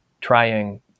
trying